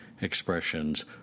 expressions